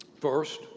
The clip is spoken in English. first